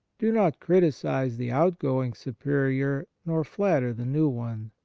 do not criticize the outgoing superior nor flatter the new one.